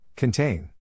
Contain